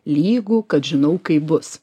lygu kad žinau kaip bus